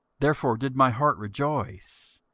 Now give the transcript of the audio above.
therefore did my heart rejoice,